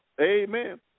Amen